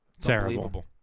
Terrible